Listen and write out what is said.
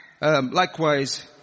Likewise